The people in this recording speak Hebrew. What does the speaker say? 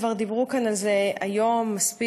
כבר דיברו כאן על זה היום מספיק,